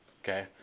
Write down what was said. Okay